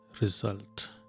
result